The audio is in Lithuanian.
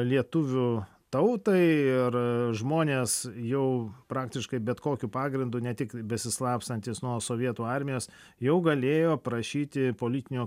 lietuvių tautai ir žmonės jau praktiškai bet kokiu pagrindu ne tik besislapstantys nuo sovietų armijos jau galėjo prašyti politinio